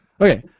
Okay